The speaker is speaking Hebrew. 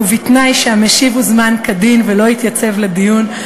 ובתנאי שהמשיב הוזמן כדין ולא התייצב לדיון,